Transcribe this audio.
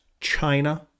China